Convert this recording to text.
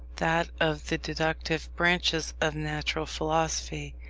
that of the deductive branches of natural philosophy,